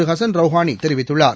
ஹசன்ரவ்ஹாணிதெரிவித்துள்ளார்